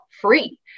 free